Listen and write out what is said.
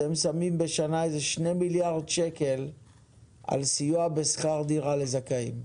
אתם שמים בשנה כ-2 מיליארד שקל על סיוע בשכר דירה לזכאים.